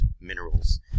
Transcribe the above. minerals